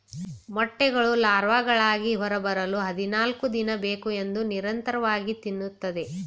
ಮೊಟ್ಟೆಗಳು ಲಾರ್ವಾಗಳಾಗಿ ಹೊರಬರಲು ಹದಿನಾಲ್ಕುದಿನ ಬೇಕು ಇದು ನಿರಂತರವಾಗಿ ತಿನ್ನುತ್ತದೆ